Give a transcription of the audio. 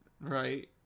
Right